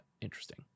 interesting